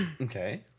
Okay